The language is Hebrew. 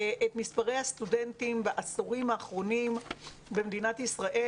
את מספרי הסטודנטים בעשורים האחרונים במדינת ישראל,